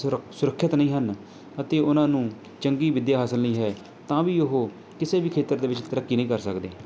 ਸੁਰੱ ਸੁਰੱਖਿਅਤ ਨਹੀਂ ਹਨ ਅਤੇ ਉਹਨਾਂ ਨੂੰ ਚੰਗੀ ਵਿੱਦਿਆ ਹਾਸਿਲ ਨਹੀਂ ਹੈ ਤਾਂ ਵੀ ਉਹ ਕਿਸੇ ਵੀ ਖੇਤਰ ਦੇ ਵਿੱਚ ਤਰੱਕੀ ਨਹੀਂ ਕਰ ਸਕਦੇ